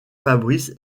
fabrice